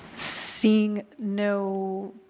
seeing no